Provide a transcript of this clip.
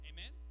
Amen